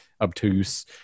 obtuse